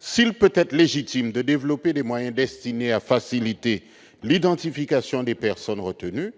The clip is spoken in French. S'il peut être légitime de développer des moyens destinés à faciliter l'identification des personnes retenues,